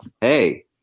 hey